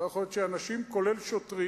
לא יכול להיות שאנשים, כולל שוטרים,